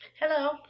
Hello